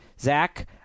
Zach